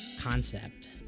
concept